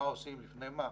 מה עושים לפני מה,